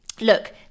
look